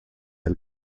del